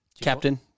captain